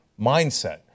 mindset